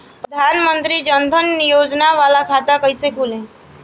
प्रधान मंत्री जन धन योजना वाला खाता कईसे खुली?